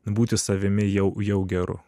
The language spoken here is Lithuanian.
būti savimi jau jau geru